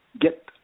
get –